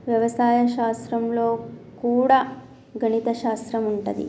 వ్యవసాయ శాస్త్రం లో కూడా గణిత శాస్త్రం ఉంటది